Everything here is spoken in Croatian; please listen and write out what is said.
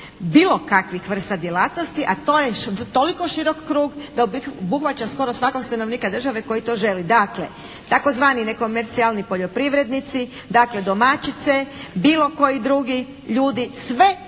bilo kakvih vrsta djelatnosti, a to je toliko širok krug da obuhvaća skoro svakog stanovnika države koji to želi. Dakle, tzv. nekomercijalni poljoprivrednici, dakle domaćice, bilo koji drugi ljudi, sve fizičke